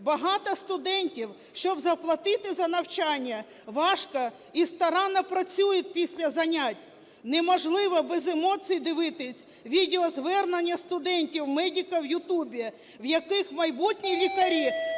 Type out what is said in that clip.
Багато студентів, щоб заплатити за навчання важко і старанно працюють після занять. Неможливо без емоцій дивитись відео-звернення студентів-медиків в YouTube, в якому майбутні лікарі